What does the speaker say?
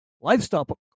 livestock